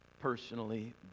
personally